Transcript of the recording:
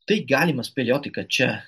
tai galima spėlioti kad čia